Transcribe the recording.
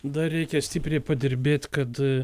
dar reikia stipriai padirbėt kad